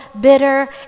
bitter